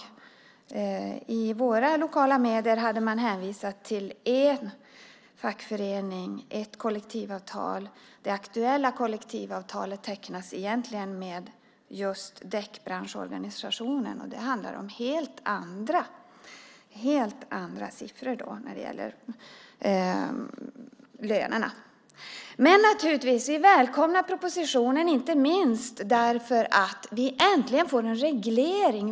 I våra lokala medier hade man hänvisat till en fackförening och ett kollektivavtal. Det aktuella kollektivavtalet tecknas egentligen med däckbranschorganisationen. Det handlar då om helt andra siffror när det gäller lönerna. Men naturligtvis välkomnar vi propositionen, inte minst därför att vi äntligen får en reglering.